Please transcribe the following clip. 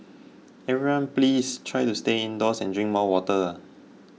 everyone please try to stay indoors and drink more water